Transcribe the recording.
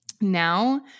Now